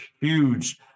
huge